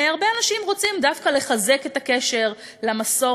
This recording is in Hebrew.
הרבה אנשים רוצים דווקא לחזק את הקשר למסורת,